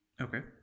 Okay